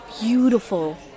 beautiful